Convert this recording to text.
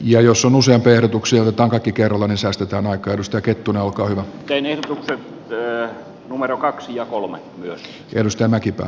ja jos on usein verotukseltaan kaikki kerolan saastuttamaan kaivosta ketun alkaa ennen lyö numero kaksi ja kolme lehteilystä mäkipää